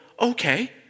okay